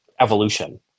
evolution